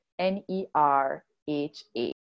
NERHA